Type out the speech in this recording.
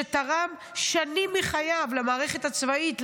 שתרם שנים מחייו למערכת הצבאית,